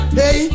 hey